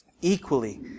equally